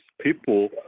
people